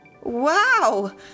Wow